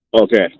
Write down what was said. okay